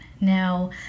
Now